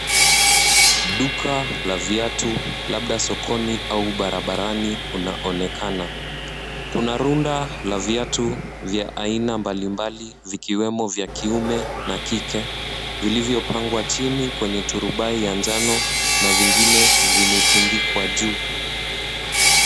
Duka la viatu labda sokoni au barabarani unaonekana. Kunaonekana na viatu vya aina mbalimbali vikiwemo vya kiume na kike vilivyopangwa chini kwenye turubai ya njano na vingine vimetundikwa juu.